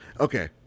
Okay